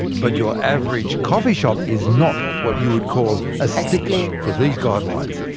but your average coffee shop is not what you'd call a stickler for these guidelines.